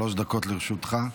שלוש דקות לרשותך.